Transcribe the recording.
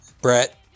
Brett